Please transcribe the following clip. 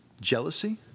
Jealousy